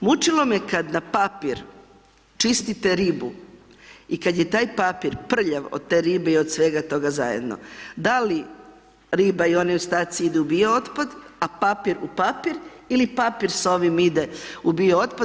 Mučilo me kada na papir čistite ribu i kada je taj papir prljav od te ribe i od svega toga zajedno da li riba i oni ostaci idu u bio otpad a papir u papir ili papir s ovim ide u bio otpad.